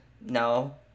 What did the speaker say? No